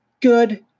good